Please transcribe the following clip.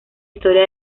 historia